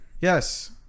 Yes